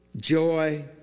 joy